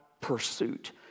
pursuit